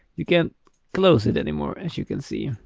you can't close it anymore as you can see.